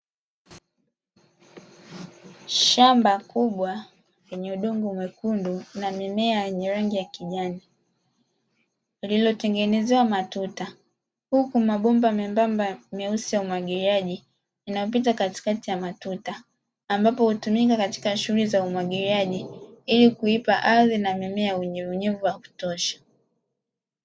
Shamba kubwa lenye udongo mwekundu na mimea yenye rangi ya kijani lililotengenezewa matuta uku mabomba membamba meusi ya umwagiliaji yanapita katikati ya matuta ambapo hutumika katika shuhuli za umwagiliaji ilikuipa ardhi na mimea unyevunyevu wa kutosha.